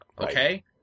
okay